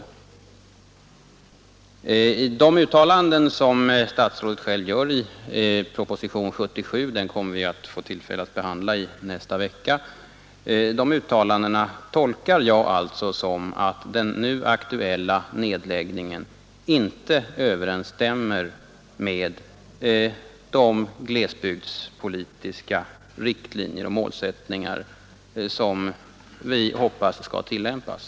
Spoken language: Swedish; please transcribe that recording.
De uttalanden som statsrådet själv gör i propositionen 77 — den kommer vi att få tillfälle att behandla i nästa vecka — tolkade jag alltså som att den nu aktuella nedläggningen inte överensstämmer med de glesbygdspolitiska riktlinjer och målsättningar som vi hoppas skall tillämpas.